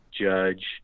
Judge